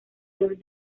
york